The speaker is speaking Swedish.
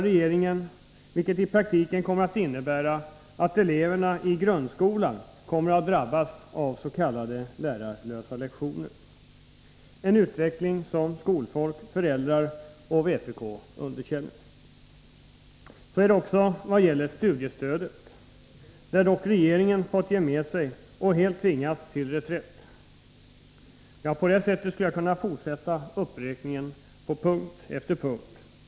Regeringens inbesparing på det området innebär att eleverna i grundskolan kommer att drabbas av s.k. lärarlösa lektioner. Det är en utveckling som skolfolk, föräldrar och vpk underkänner. Så är det också vad gäller studiestödet, där dock regeringen fått ge med sig och helt tvingats till reträtt. På detta sätt skulle jag kunna fortsätta uppräkningen på punkt efter punkt.